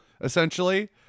essentially